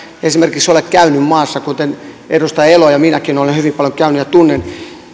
esimerkiksi ole käynyt maassa edustaja elo ja minäkin olemme hyvin paljon käyneet ja tunnen